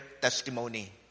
testimony